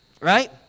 right